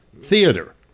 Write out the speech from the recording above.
theater